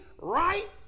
Right